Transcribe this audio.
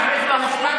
אספסוף נחות,